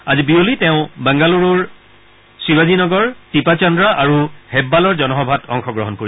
আজি বিয়লি তেওঁ বাংগালুৰুৰ শিৱাজী নগৰ তিপাচাদ্ৰা আৰু হেববালৰ জনসভাত অংশগ্লহণ কৰিব